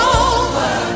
over